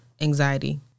anxiety